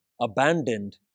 abandoned